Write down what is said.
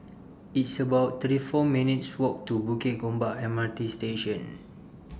It's about thirty four minutes' Walk to Bukit Gombak M R T Station